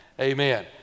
amen